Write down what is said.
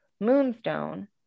moonstone